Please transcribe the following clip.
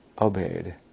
obeyed